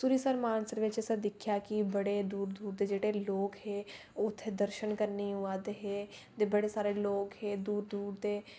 सरूईंसर मानसर च असें दिक्खेआ कि जेह्ड़े बड़े दूर दूर दे लोक हे ओह् उत्थै दर्शन करने गी आवा दे हे ते बड़े सारे लोक हे दूर दूर दे ते